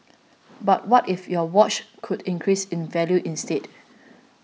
but what if your watch could increase in value instead